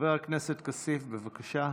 חבר הכנסת כסיף, בבקשה.